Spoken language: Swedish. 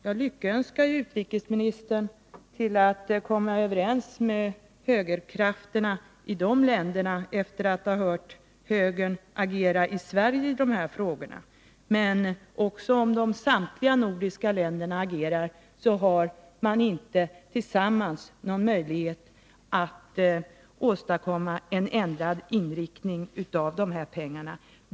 Jag lyckönskar utrikesministern om han kan komma överens med högerkrafterna i dessa länder efter det att jag har hört högern agera i Sverige i dessa frågor. Men också om samtliga nordiska länder agerar har man inte tillsammans någon möjlighet att åstadkomma en ändrad inriktning av de pengär det här gäller.